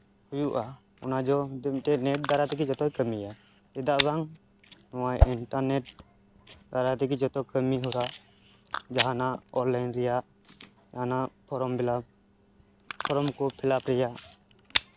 ᱦᱩᱭᱩᱜᱼᱟ ᱚᱱᱟ ᱡᱚᱫᱤ ᱢᱤᱫᱴᱮᱱ ᱱᱮᱹᱴ ᱫᱟᱨᱟ ᱛᱮᱜᱮ ᱡᱚᱛᱚᱭ ᱠᱟᱹᱢᱤᱭᱟ ᱪᱮᱫᱟᱜ ᱵᱟᱝ ᱱᱚᱣᱟ ᱤᱱᱴᱟᱨᱱᱮᱹᱴ ᱫᱟᱨᱟᱭ ᱛᱮᱜᱮ ᱡᱚᱛᱚ ᱠᱟᱹᱢᱤ ᱦᱚᱨᱟ ᱡᱟᱦᱟᱱᱟᱜ ᱚᱱᱞᱟᱭᱤᱱ ᱨᱮᱭᱟᱜ ᱡᱟᱦᱟᱱᱟᱜ ᱯᱷᱚᱨᱚᱢ ᱯᱷᱤᱞᱟᱯ ᱯᱷᱨᱚᱢ ᱠᱚ ᱯᱷᱤᱞᱟᱯ ᱨᱮᱭᱟᱜ